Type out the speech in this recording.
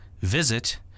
visit